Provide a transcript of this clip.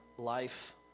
Life